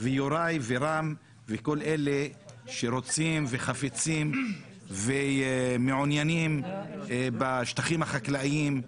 יוראי ורם וכל אלה שרוצים וחפצים ומעוניינים בשטחים החקלאיים,